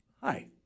Hi